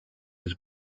his